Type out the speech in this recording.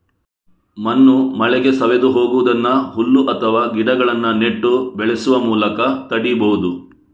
ಮಣ್ಣು ಮಳೆಗೆ ಸವೆದು ಹೋಗುದನ್ನ ಹುಲ್ಲು ಅಥವಾ ಗಿಡಗಳನ್ನ ನೆಟ್ಟು ಬೆಳೆಸುವ ಮೂಲಕ ತಡೀಬಹುದು